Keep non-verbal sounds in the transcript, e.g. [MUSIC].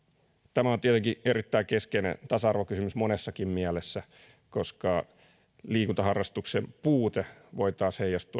tämä on tietenkin erittäin keskeinen tasa arvokysymys monessakin mielessä koska liikuntaharrastuksen puute voi taas heijastua [UNINTELLIGIBLE]